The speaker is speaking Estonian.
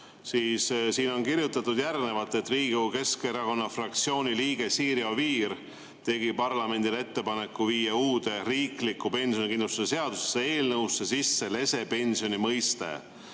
2001, siin on kirjutatud järgnevat: "Riigikogu Keskerakonna fraktsiooni liige Siiri Oviir tegi parlamendile ettepaneku viia uude riiklikku pensionikindlustuse seaduse eelnõusse sisse lesepensioni mõiste.